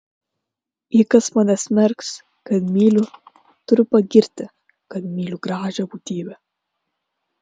jei kas mane smerks kad myliu turi pagirti kad myliu gražią būtybę